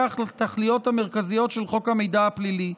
התכליות המרכזיות של חוק המידע הפלילי: